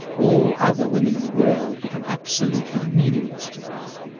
all other women in the world become absolutely meaningless to one.